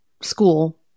school